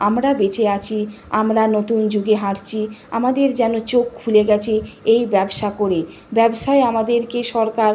আমরা বেঁচে আছি আমরা নতুন যুগে হাঁটচি আমাদের যেন চোখ খুলে গেছে এই ব্যবসা করে ব্যবসায় আমাদেরকে সরকার